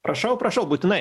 prašau prašau būtinai